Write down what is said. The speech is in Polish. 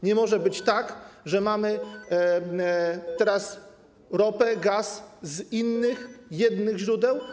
Nie może być tak, że mamy teraz ropę, gaz z innych, jednych źródeł.